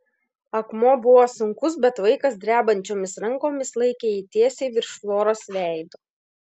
akmuo buvo sunkus bet vaikas drebančiomis rankomis laikė jį tiesiai virš floros veido